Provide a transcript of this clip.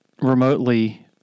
remotely